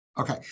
Okay